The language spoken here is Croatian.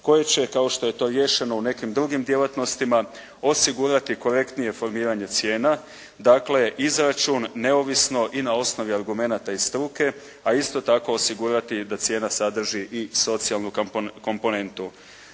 koje će, kao što je to riješeno u nekim drugim djelatnostima, osigurati korektnije formiranje cijena, dakle izračun neovisno i na osnovi argumenata i struke, a isto tako osigurati da cijena sadrži i socijalnu komponentu.